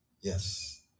Yes